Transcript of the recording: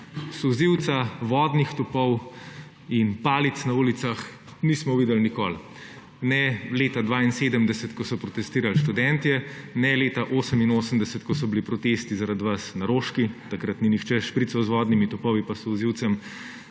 Solzivca, vodnih topov in palic na ulicah nismo videli nikoli, ne leta 1972, ko so protestirali študentje, ne leta 1988, ko so bili protesti zaradi vas na Roški, takrat ni nihče šprical z vodnimi topovi in solzivcem,